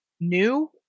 new